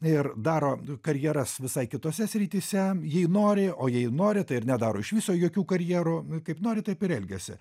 ir daro karjeras visai kitose srityse jei nori o jei nori tai ir nedaro iš viso jokių karjerų kaip nori taip ir elgiasi